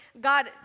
God